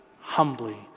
humbly